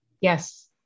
Yes